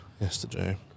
yesterday